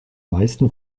meisten